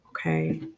okay